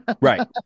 Right